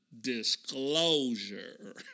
disclosure